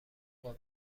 حقوق